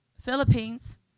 Philippines